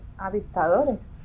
Avistadores